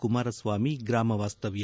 ಕುಮಾರಸ್ವಾಮಿ ಗ್ರಾಮ ವಾಸ್ತವ್ಯ